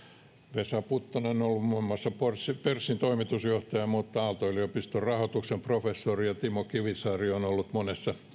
vesa puttonen on ollut muun muassa pörssin pörssin toimitusjohtaja mutta on aalto yliopiston rahoituksen professori ja tero kivisaari on ollut monessa